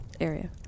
area